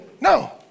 no